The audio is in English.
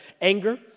anger